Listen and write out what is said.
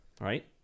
right